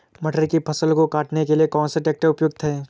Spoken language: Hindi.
मटर की फसल को काटने के लिए कौन सा ट्रैक्टर उपयुक्त है?